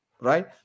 Right